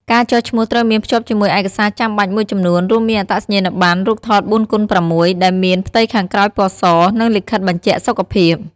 ការចុះឈ្មោះត្រូវមានភ្ជាប់ជាមួយឯកសារចាំបាច់មួយចំនួន រួមមានអត្តសញ្ញាណបណ្ណ រូបថត៤x៦ ដែលមាន ផ្ទៃខាងក្រោយពណ៌ស និងលិខិតបញ្ជាក់សុខភាព។